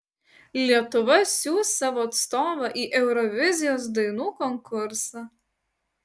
lietuva siųs savo atstovą į eurovizijos dainų konkursą